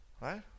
Right